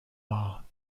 war